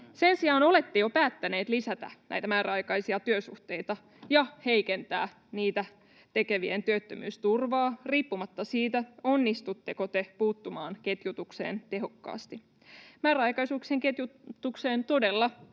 Sen sijaan olette jo päättäneet lisätä näitä määräaikaisia työsuhteita ja heikentää niitä tekevien työttömyysturvaa riippumatta siitä, onnistutteko te puuttumaan ketjutukseen tehokkaasti. Määräaikaisuuksien ketjutukseen todella